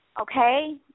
okay